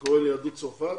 זה קורה ליהדות צרפת